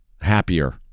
happier